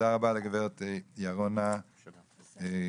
תודה רבה לגברת ירונה שלום